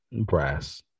brass